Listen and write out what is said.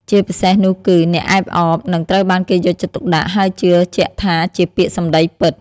ជាពិសេសនោះគឺ អ្នកអែបអប និងត្រូវបានគេយកចិត្តទុកដាក់ ហើយជឿជាក់ថាជាពាក្យសម្ដីពិត។